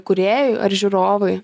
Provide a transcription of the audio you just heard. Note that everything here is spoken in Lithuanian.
kūrėjui ar žiūrovui